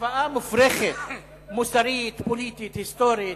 השוואה מופרכת מוסרית, פוליטית, היסטורית,